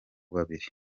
babiri